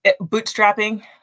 bootstrapping